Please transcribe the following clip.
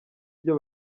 byo